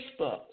Facebook